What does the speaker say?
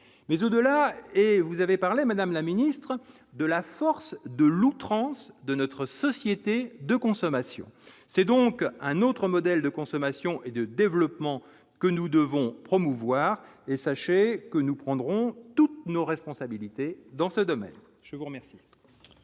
mais au-delà, et vous avez parlé, Madame la ministre de la force de l'outrance de notre société de consommation, c'est donc un autre modèle de consommation et de développement que nous devons promouvoir et sachez que nous prendrons toutes nos responsabilités dans ce domaine, je vous remercie.